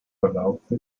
verlaufe